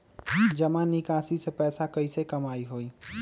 जमा निकासी से पैसा कईसे कमाई होई?